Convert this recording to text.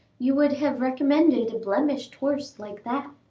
you would have recommended a blemished horse like that.